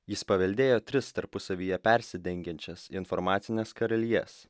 jis paveldėjo tris tarpusavyje persidengiančias informacines karalijas